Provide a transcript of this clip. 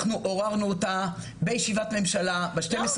אנחנו עוררנו אותה בישיבת ממשלה ב-12